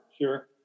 Sure